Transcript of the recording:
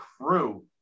crew